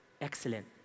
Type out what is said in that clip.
excellent